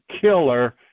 killer